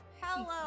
Hello